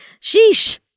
Sheesh